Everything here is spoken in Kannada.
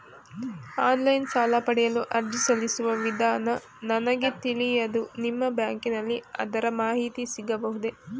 ಆನ್ಲೈನ್ ಸಾಲ ಪಡೆಯಲು ಅರ್ಜಿ ಸಲ್ಲಿಸುವ ವಿಧಾನ ನನಗೆ ತಿಳಿಯದು ನಿಮ್ಮ ಬ್ಯಾಂಕಿನಲ್ಲಿ ಅದರ ಮಾಹಿತಿ ಸಿಗಬಹುದೇ?